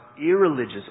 irreligious